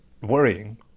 worrying